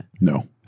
No